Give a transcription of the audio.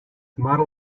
model